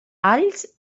alls